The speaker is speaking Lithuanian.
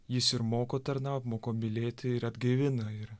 jis ir moko tarnaut moko mylėti ir atgaivina ir